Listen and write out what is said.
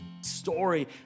story